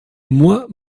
moi